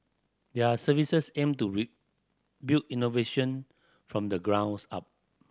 their services aim to build innovation from the grounds up